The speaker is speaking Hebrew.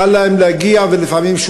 קל להם להגיע לחומרים,